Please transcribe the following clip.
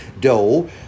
dough